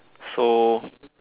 so